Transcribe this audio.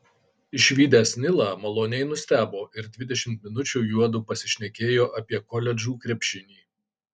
išvydęs nilą maloniai nustebo ir dvidešimt minučių juodu pasišnekėjo apie koledžų krepšinį